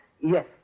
yes